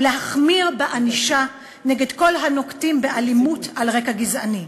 ולהחמיר בענישה נגד כל הנוקטים אלימות על רקע גזעני.